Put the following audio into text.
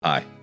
Hi